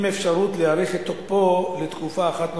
עם אפשרות להאריך את תוקפו לתקופה אחת נוספת.